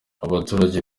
abaturage